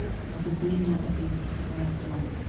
because of breathing other people's cigarette smoke.